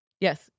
Yes